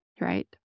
right